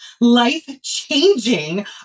life-changing